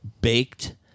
baked